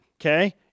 Okay